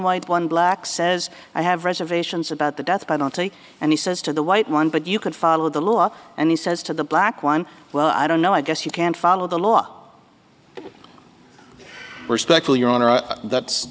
white one black says i have reservations about the death penalty and he says to the white one but you can follow the law and he says to the black one well i don't know i guess you can't follow the law respectfully your honor that's